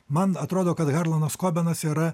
man atrodo kad harlanas kobenas yra